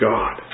God